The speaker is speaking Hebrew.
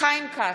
חיים כץ,